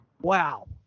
wow